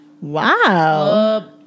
Wow